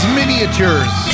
miniatures